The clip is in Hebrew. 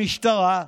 המשטרה,